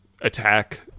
attack